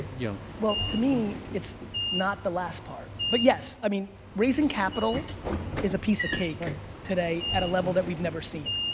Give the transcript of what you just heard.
you know to me it's not the last part but yes, i mean raising capital is a piece of cake today at a level that we've never seen.